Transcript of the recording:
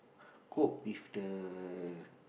cope with the